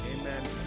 Amen